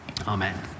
amen